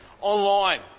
online